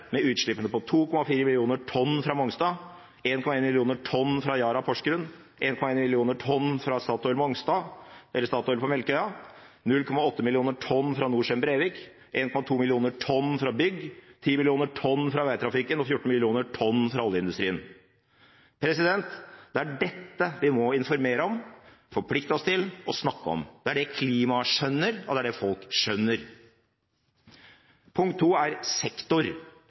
med utslippene på 2,4 millioner tonn fra Mongstad, 1,1 millioner tonn fra Yara Porsgrunn, 1,1 millioner tonn fra Statoil på Melkøya, 0,8 millioner tonn fra Norcem Brevik, 1,2 millioner tonn fra bygg, 10 millioner tonn fra veitrafikken og 14 millioner tonn fra oljeindustrien. Det er dette vi må informere om, forplikte oss til og snakke om. Det er det klimaet skjønner, og det er det folk skjønner. Punkt to er sektor.